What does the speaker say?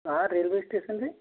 वहाँ railway station है